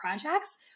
projects